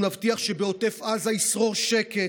אנחנו נבטיח שבעוטף עזה ישרור שקט,